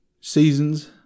seasons